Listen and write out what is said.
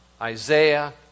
Isaiah